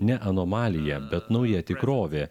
ne anomalija bet nauja tikrovė